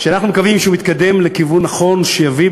שאנחנו מקווים שהוא יתקדם לכיוון נכון ויביא,